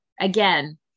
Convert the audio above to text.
again